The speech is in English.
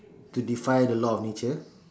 to defy the law of nature